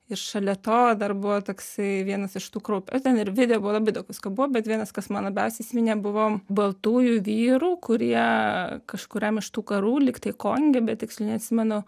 ir šalia to dar buvo toksai vienas iš tų kraup ten ir video buvo labai daug visko buvo bet vienas kas man labiausiai įsiminė buvo baltųjų vyrų kurie kažkuriam iš tų karų liktai konge bet tiksliai neatsimenu